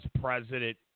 president